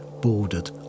bordered